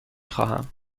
خواهم